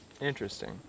Interesting